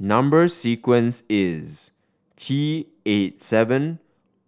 number sequence is T eight seven